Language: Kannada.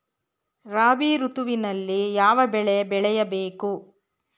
ರಾಬಿ ಋತುವಿನಲ್ಲಿ ಯಾವ ಬೆಳೆ ಬೆಳೆಯ ಬೇಕು?